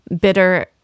bitter